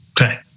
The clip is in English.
Okay